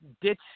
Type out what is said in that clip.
ditch